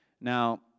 Now